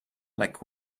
like